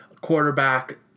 quarterback